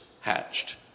hatched